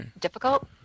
difficult